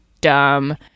dumb